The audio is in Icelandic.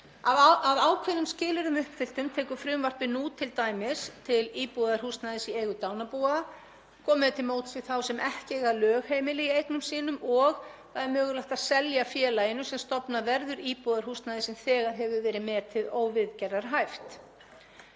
Að ákveðnum skilyrðum uppfylltum tekur frumvarpið nú t.d. til íbúðarhúsnæðis í eigu dánarbúa, komið er til móts við þá sem ekki eiga lögheimili í eignum sínum og það er mögulegt að selja félaginu sem stofnað verður íbúðarhúsnæði sem þegar hefur verið metið óviðgerðarhæft.